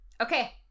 Okay